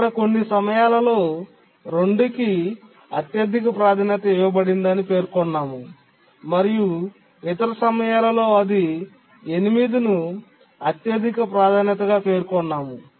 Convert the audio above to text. ఇక్కడ కొన్ని సమయాలలో 2 కి అత్యధిక ప్రాధాన్యత ఇవ్వబడింది అని పేర్కొన్నాము మరియు ఇతర సమయాల్లో అది 8 ను అత్యధిక ప్రాధాన్యతగా పేర్కొన్నాము